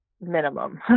minimum